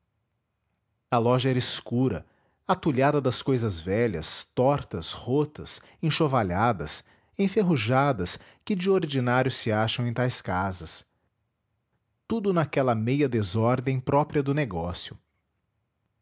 a loja era escura atulhada das cousas velhas tortas rotas enxovalhadas enferrujadas que de ordinário se acham em tais casas tudo naquela meia desordem própria do negócio